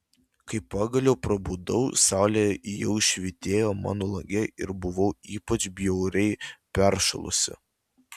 kai pagaliau prabudau saulė jau švytėjo mano lange ir buvau ypač bjauriai peršalusi